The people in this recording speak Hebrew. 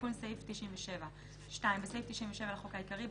תיקון סעיף 97 2. בסעיף 97 לחוק העיקרי,